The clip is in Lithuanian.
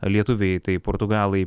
lietuviai tai portugalai